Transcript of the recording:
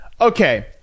Okay